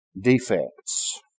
defects